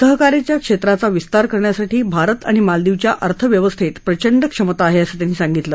सहकार्यांच्या क्षेत्राचा विस्तार करण्यासाठी भारत आणि मालदीवच्या अर्थव्यवस्थेमधे प्रचंड क्षमता आहे असं त्यांनी सांगितलं